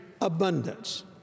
abundance